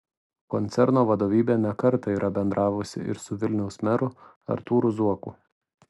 koncerno vadovybė ne kartą yra bendravusi ir su vilniaus meru artūru zuoku